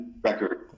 record